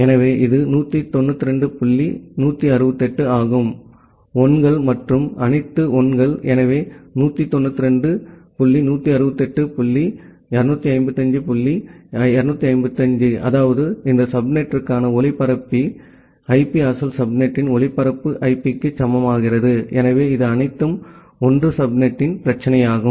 எனவே இது 192 புள்ளி 168 ஆகும் 1 கள் மற்றும் அனைத்து 1 கள் எனவே 192 168 டாட் 255 டாட் 255 அதாவது இந்த சப்நெட்டிற்கான ஒளிபரப்பு ஐபி அசல் சப்நெட்டின் ஒளிபரப்பு ஐபிக்கு சமமாகிறது எனவே இது அனைத்து 1 சப்நெட்டின் பிரச்சனையாகும்